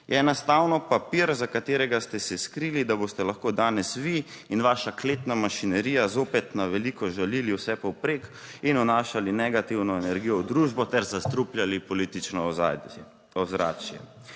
(nadaljevanje) papir, za katerega ste se skrili, da boste lahko danes vi in vaša kletna mašinerija zopet na veliko žalili vse povprek in vnašali negativno energijo v družbo ter zastrupljali politično ozadje.